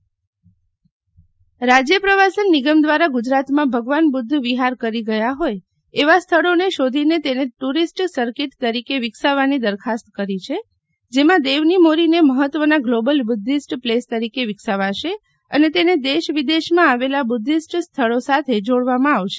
શીતલ વૈશ્વવ રાજ્ય પ્રવાસન નિગમ દ્વારા ગુજરાત માં ભગવાન બુદ્ધ વિફાર કરી ગયા ફોય એવા સ્થળો ને શોધીને તેને ટુરિસ્ટ સર્કીટ તરીકે વિકસવાની દરખાસ્ત કરી છે જેમાં દેવની મોરી ને મફત્વ નાં ગ્લોબલ બુદ્વિસ્ટ પ્લેસ તરીકે વિકસાવશે અને તેને દેશ વિદેશમાં આવેલા બુદ્વિસ્ટ સ્થળો સાથે જોડવામાં આવશે